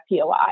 POI